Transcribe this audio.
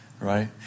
right